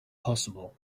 possible